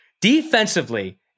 Defensively